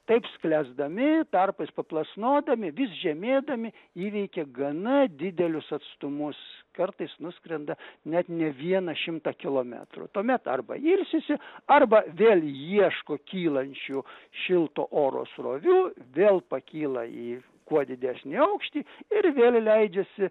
taip sklęsdami tarpais paplasnodami vis žemėdami įveikia gana didelius atstumus kartais nuskrenda net ne vieną šimtą kilometrų tuomet arba ilsisi arba vėl ieško kylančių šilto oro srovių vėl pakyla į kuo didesnį aukštį ir vėl leidžiasi